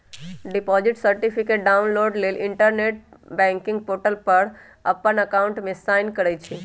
deposit certificate download लेल internet banking portal पर अप्पन अकाउंट में साइन करइ छइ